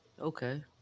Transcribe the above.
okay